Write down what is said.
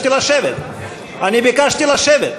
אני ביקשתי לשבת,